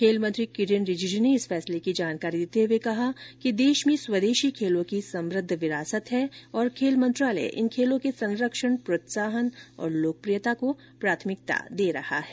खेल मंत्री किरेन रिजिजू ने इस फैसले की जानकारी देते हुए कहा कि देश में स्वदेशी खेलों की समुद्व विरासत है और खेल मंत्रालय इन खेलों के संरक्षण प्रोत्साहन और लोकप्रियता को प्राथमिकता दे रहा है